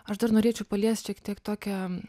aš dar norėčiau paliest šiek tiek tokią